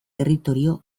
territorio